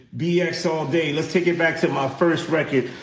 bx all day. let's take it back to my first record.